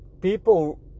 people